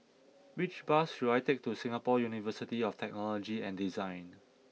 which bus should I take to Singapore University of Technology and Design